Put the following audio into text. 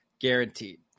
guaranteed